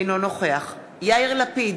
אינו נוכח יאיר לפיד,